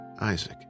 Isaac